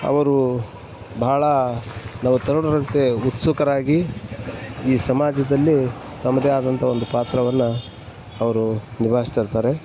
ಅವರು ಬಹಳ ನಾವು ತರುಣರಂತೆ ಉತ್ಸುಕರಾಗಿ ಈ ಸಮಾಜದಲ್ಲಿ ತಮ್ಮದೇ ಆದಂಥ ಒಂದು ಪಾತ್ರವನ್ನು ಅವರು ನಿಭಾಯಿಸ್ತಾ ಇರ್ತಾರೆ